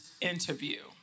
interview